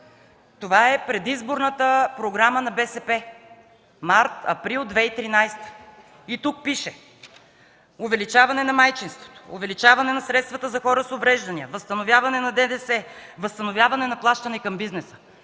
това е предизборната програма на БСП – март, април 2013 г. (показва я). Тук пише: „Увеличаване на майчинството, увеличаване на средствата за хора с увреждания, възстановяване на ДДС, възстановяване на плащания към бизнеса.”